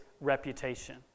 reputation